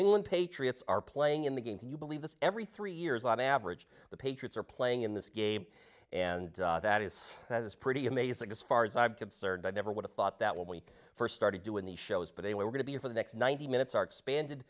doing and patriots are playing in the game can you believe that every three years on average the patriots are playing in this game and that is that is pretty amazing just far as i'm concerned i never would have thought that when we first started doing the shows but they were going to be for the next ninety minutes our expanded